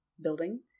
building